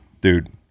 dude